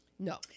No